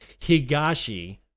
Higashi